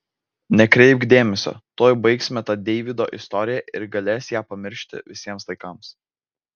nekreipk dėmesio tuoj baigsime tą deivydo istoriją ir galės ją pamiršti visiems laikams